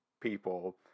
people